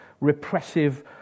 repressive